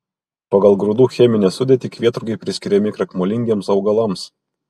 pagal grūdų cheminę sudėtį kvietrugiai priskiriami krakmolingiems augalams